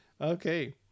Okay